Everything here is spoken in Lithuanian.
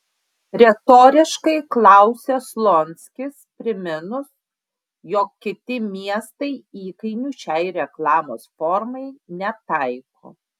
retoriškai klausia slonskis priminus jog kiti miestai įkainių šiai reklamos formai netaiko